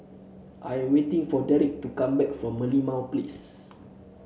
I am waiting for Derik to come back from Merlimau Place